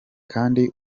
kandi